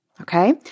Okay